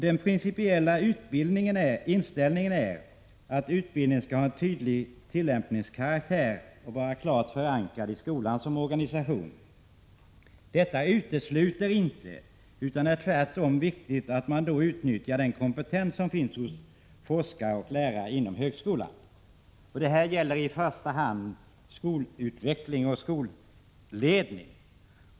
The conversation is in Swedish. Den principiella inställningen är att utbildningen skall ha en tydlig tillämpningskaraktär och vara klart förankrad i skolan som organisation. Detta utesluter inte att man utnyttjar den kompetens som finns bland forskare och lärare inom högskolan. Tvärtom är detta viktigt. Det gäller i första hand skolutveckling och skolledning.